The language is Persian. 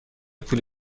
پول